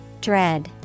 Dread